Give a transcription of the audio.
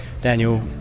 Daniel